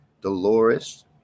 Dolores